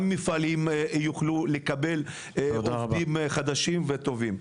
מפעלים יוכלו לקבל עובדים חדשים וטובים.